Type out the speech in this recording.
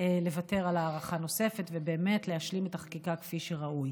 לוותר על הארכה נוספת ובאמת להשלים את החקיקה כפי שראוי.